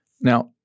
Now